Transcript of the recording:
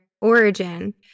origin